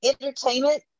entertainment